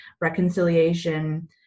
reconciliation